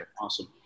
Awesome